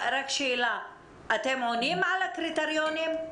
אתם עונים על הקריטריונים?